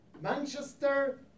Manchester